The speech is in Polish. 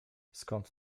skąd